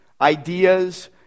ideas